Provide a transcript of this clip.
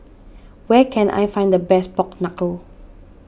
where can I find the best Pork Knuckle